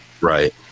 Right